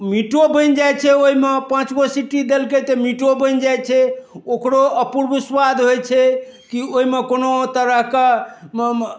मीटो बनि जाइ छै ओहिमे पाँचगो सिटी दलकै तऽ मीटो बनि जाइ छै ओकरो अपूर्व स्वाद होइ छै कि ओहिमे कोनो तरहके